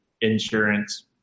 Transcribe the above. insurance